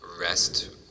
rest